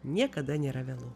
niekada nėra vėlu